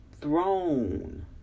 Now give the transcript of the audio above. throne